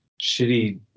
shitty